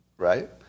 right